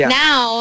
now